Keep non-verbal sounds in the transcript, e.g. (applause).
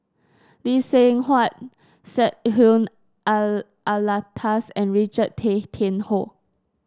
Lee Seng Huat Syed (unintelligible) Alatas and Richard Tay Tian Hoe